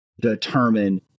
determine